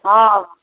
हँ